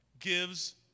gives